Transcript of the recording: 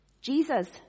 Jesus